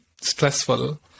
stressful